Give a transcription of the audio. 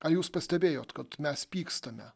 a jūs pastebėjot kad mes pykstame